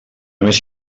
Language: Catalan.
més